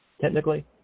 technically